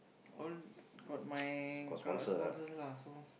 all got my got sponsor lah so